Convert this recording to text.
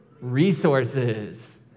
resources